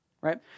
right